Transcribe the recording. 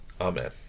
Amen